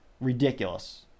ridiculous